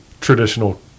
traditional